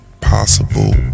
possible